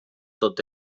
tot